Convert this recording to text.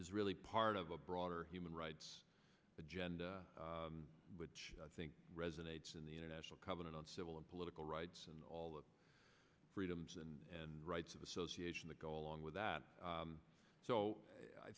is really part of a broader human rights agenda which i think resonates in the international covenant on civil and political rights and all of the freedoms and rights of association that go along with that so i